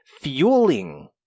fueling